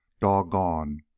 Doggone